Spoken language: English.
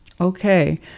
Okay